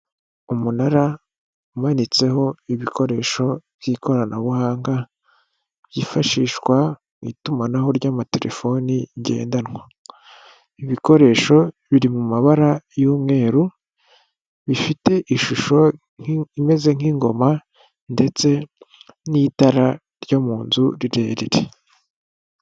Umunara umanitseho ibikoresho by'ikoranabuhanga, byifashishwa mu itumanaho ry'amatelefoni, ngendanwa ibikoresho biri mu mabara y'umweru, bifite ishusho imeze nk'ingoma, ndetse n'itara ryo mu nzu rirerire.